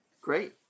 great